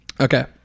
Okay